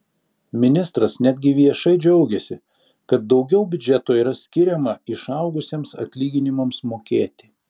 ministras netgi viešai džiaugėsi kad daugiau biudžeto yra skiriama išaugusiems atlyginimams mokėti